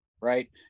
Right